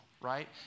right